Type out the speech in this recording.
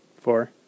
Four